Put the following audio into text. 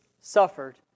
suffered